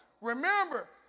Remember